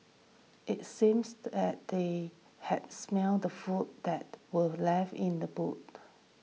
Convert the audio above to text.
it seems that they had smelt the food that were left in the boot